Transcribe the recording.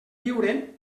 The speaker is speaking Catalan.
lliure